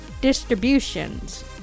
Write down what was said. Distributions